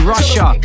Russia